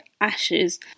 Ashes